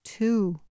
Two